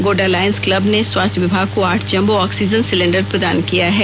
Godda lions club ने स्वास्थ्य विभाग को आठ जंबो ऑक्सीजन सिलेंडर प्रदान किया है